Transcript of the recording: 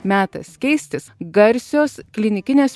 metas keistis garsios klinikinės